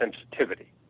sensitivity